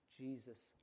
Jesus